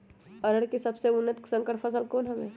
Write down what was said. अरहर के सबसे उन्नत संकर फसल कौन हव?